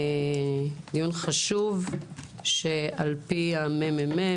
זה דיון חשוב שלפי המ.מ.מ,